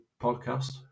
podcast